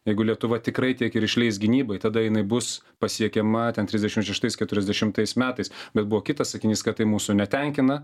jeigu lietuva tikrai tiek ir išleis gynybai tada jinai bus pasiekiama ten trisdešim šeštais keturiasdešimtais metais bet buvo kitas sakinys kad tai mūsų netenkina